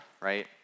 right